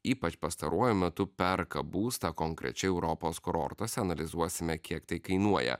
ypač pastaruoju metu perka būstą konkrečiai europos kurortuose analizuosime kiek tai kainuoja